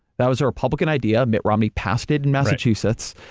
that was a republican idea, mitt romney pass it in massachusetts.